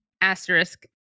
asterisk